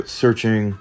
searching